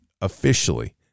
officially